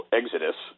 exodus